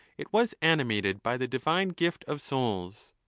it was animated by the divine gift of souls.